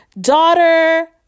daughter